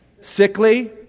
Sickly